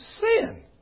sin